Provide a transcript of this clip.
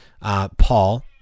Paul